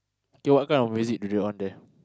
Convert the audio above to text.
K what what kind of music do they on there